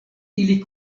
ili